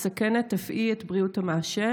אך מסכנת אף היא את בריאות המעשן.